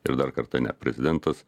ir dar kartą ne prezidentas